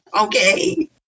Okay